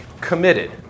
committed